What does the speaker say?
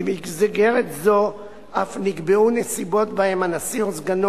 במסגרת זו אף נקבעו נסיבות שבהן הנשיא או סגנו